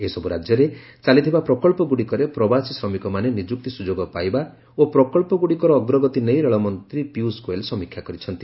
ଏହିସବୁ ରାଜ୍ୟରେ ଚାଲିଥିବା ପ୍ରକଳ୍ପଗୁଡ଼ିକରେ ପ୍ରବାସୀ ଶ୍ରମିକମାନେ ନିଯୁକ୍ତି ସୁଯୋଗ ପାଇବା ଓ ପ୍ରକଳ୍ପଗୁଡ଼ିକର ଅଗ୍ରଗତି ନେଇ ରେଳମନ୍ଦ୍ରୀ ପିୟୁଷ ଗୋୟଲ୍ ସମୀକ୍ଷା କରିଛନ୍ତି